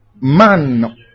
man